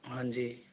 हाँजी